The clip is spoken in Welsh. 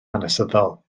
hanesyddol